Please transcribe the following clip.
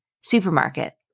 supermarket